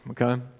Okay